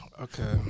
Okay